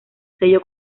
sello